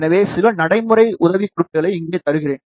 எனவே சில நடைமுறை உதவிக்குறிப்புகளை இங்கே தருகிறேன்